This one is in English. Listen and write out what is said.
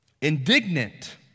indignant